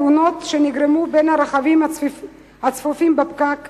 תאונות שנגרמו בין הרכבים הצפופים בפקק ועוד.